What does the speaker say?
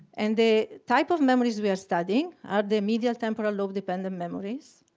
and the type of memories we are studying are the medial temporal lobe-dependent memories,